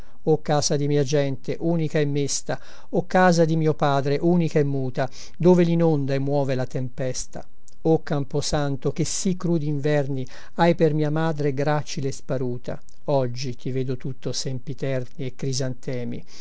o casa di mia gente unica e mesta o casa di mio padre unica e muta dove linonda e muove la tempesta o camposanto che sì crudi inverni hai per mia madre gracile e sparuta oggi ti vedo tutto sempiterni e crisantemi